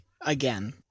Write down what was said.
again